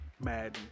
Madden